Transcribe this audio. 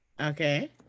Okay